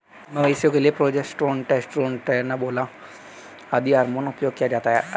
मवेशियों के लिए प्रोजेस्टेरोन, टेस्टोस्टेरोन, ट्रेनबोलोन आदि हार्मोन उपयोग किया जाता है